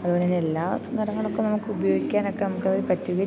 അതു പോലെ തന്നെ എല്ലാ നിറങ്ങളൊക്കെ നമുക്കുപയോഗിക്കാനൊക്കെ നമുക്കത് പറ്റുക